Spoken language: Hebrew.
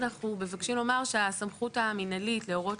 אנחנו מבקשים לומר שהסמכות המנהלית להורות